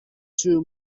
two